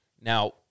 Now